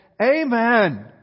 Amen